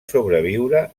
sobreviure